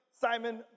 Simon